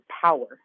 power